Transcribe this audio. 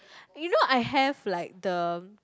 you know I have like the